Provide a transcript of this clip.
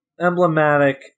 emblematic